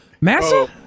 Massa